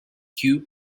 queue